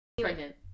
pregnant